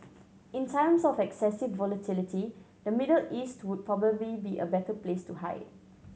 in times of excessive volatility the Middle East would probably be a better place to hide